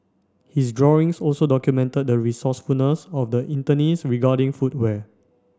his drawings also documented the resourcefulness of the internees regarding footwear